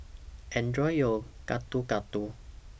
Enjoy your Gado Gado